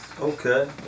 Okay